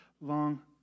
long